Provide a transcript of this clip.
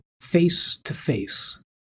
face-to-face